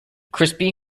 crispy